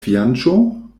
fianĉo